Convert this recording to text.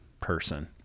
person